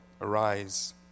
arise